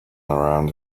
around